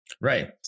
Right